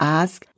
ask